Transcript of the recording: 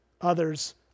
others